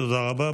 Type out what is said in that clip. תודה רבה.